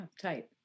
Tight